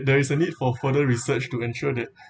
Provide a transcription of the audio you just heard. there is a need for further research to ensure that